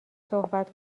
صحبت